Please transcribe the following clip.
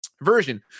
Version